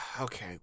okay